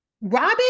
Robin